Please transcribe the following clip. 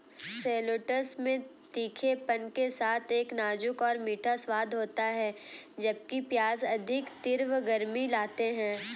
shallots में तीखेपन के साथ एक नाजुक और मीठा स्वाद होता है, जबकि प्याज अधिक तीव्र गर्मी लाते हैं